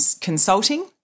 consulting